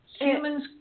Humans